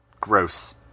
Gross